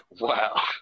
Wow